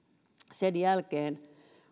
sen jälkeen